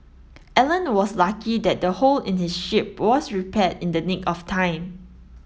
Alan was lucky that the hole in his ship was repaired in the nick of time